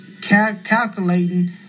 calculating